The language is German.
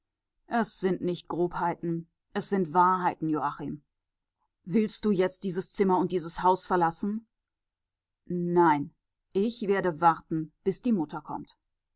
es sind nicht grobheiten es sind wahrheiten joachim willst du jetzt dieses zimmer und dieses haus verlassen nein ich werde warten bis die mutter kommt